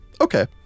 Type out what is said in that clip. okay